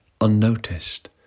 unnoticed